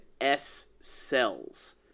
S-Cells